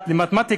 פרט למתמטיקה.